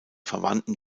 verwandten